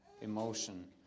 emotion